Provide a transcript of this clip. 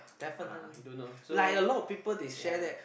ah you don't know so ya